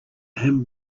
him